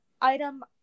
item